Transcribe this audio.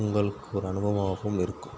உங்களுக்கு ஒரு அனுபவமாகவும் இருக்கும்